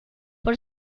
por